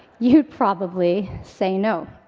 you'd probably say no.